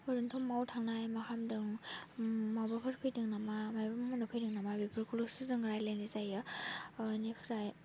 ओरैनोथ' बबाव थांनाय मा खालामदों माबाफोर फैदों नामा माइबा मावनो फैदों नामा बेफोरखौल'सो जों रायलायनाय जायो बेनिफ्राय